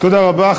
תודה רבה.